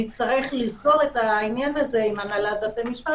נצטרך לסגור את העניין הזה עם הנהלת בתי המשפט